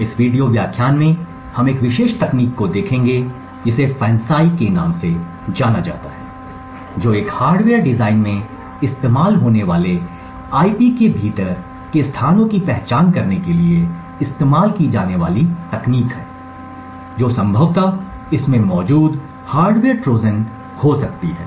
इस वीडियो व्याख्यान में हम एक विशेष तकनीक को देखगे जिसे FANCI के नाम से जाना जाता है जो एक हार्डवेयर डिजाइन में इस्तेमाल होने वाले आईपी के भीतर के स्थानों की पहचान करने के लिए इस्तेमाल की जाने वाली तकनीक है जो संभवतः इसमें मौजूद हार्डवेयर ट्रोजन हो सकती है